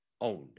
owned